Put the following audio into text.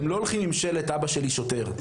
הם לא הולכים עם שלט 'אבא שלי שוטר'.